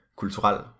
kulturel